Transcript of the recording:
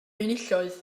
enillodd